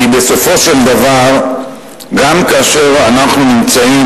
כי בסופו של דבר גם כאשר אנחנו נמצאים